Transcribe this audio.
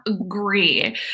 agree